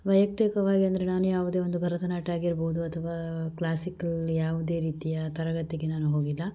ವೈಯಕ್ತಿಕವಾಗಿ ಅಂದರೆ ನಾನು ಯಾವುದೇ ಒಂದು ಭರತನಾಟ್ಯ ಆಗಿರ್ಬೋದು ಅಥವಾ ಕ್ಲಾಸಿಕಲ್ ಯಾವುದೇ ರೀತಿಯ ತರಗತಿಗೆ ನಾನು ಹೋಗಿಲ್ಲ